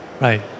Right